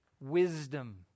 wisdom